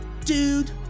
dude